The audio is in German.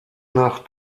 nach